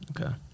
Okay